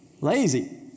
Lazy